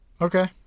Okay